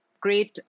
great